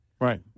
Right